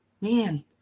Man